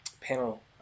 panel